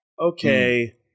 okay